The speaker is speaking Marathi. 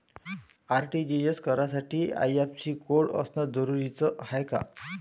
आर.टी.जी.एस करासाठी आय.एफ.एस.सी कोड असनं जरुरीच हाय का?